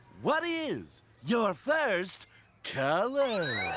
what is your first color.